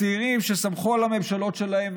הצעירים שסמכו על הממשלות שלהם,